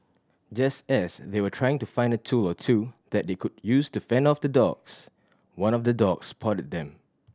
just as they were trying to find a tool or two that they could use to fend off the dogs one of the dogs spotted them